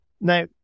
Now